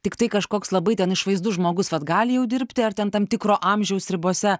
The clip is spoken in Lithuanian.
tiktai kažkoks labai ten išvaizdus žmogus vat gali jau dirbti ar ten tam tikro amžiaus ribose